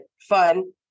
fun